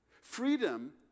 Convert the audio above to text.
Freedom